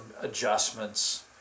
adjustments